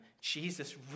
Jesus